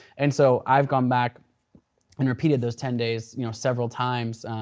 and so i've gone back and repeated those ten days you know several times,